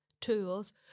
tools